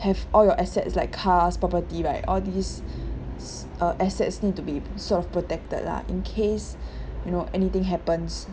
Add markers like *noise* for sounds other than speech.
have all your assets like cars property right all these *breath* s~ uh assets need to be sort of protected lah in case *breath* you know anything happens